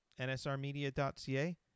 NSRmedia.ca